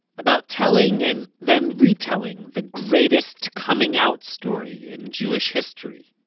about telling, and then retelling, the greatest coming out story in jewish history.